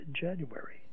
January